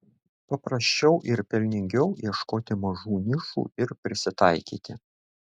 paprasčiau ir pelningiau ieškoti mažų nišų ir prisitaikyti